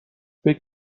فکر